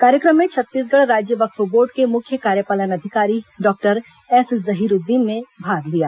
कार्यक्रम में छत्तीसगढ़ राज्य वक्फ बोर्ड के मुख्य कार्यपालन अधिकारी डॉक्टर एस जहीर उद्दीन ने भाग लिया